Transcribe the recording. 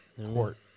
Court